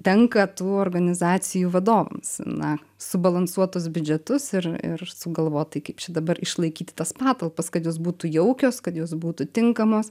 tenka tų organizacijų vadovams na subalansuot tus biudžetus ir ir sugalvot tai kaip čia dabar išlaikyti tas patalpas kad jos būtų jaukios kad jos būtų tinkamos